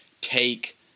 take